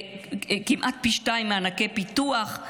וכמעט פי שניים מענקי פיתוח.